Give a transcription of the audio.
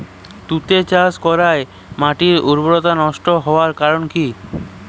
তুতে চাষ করাই মাটির উর্বরতা নষ্ট হওয়ার কারণ কি?